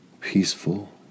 peaceful